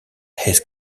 his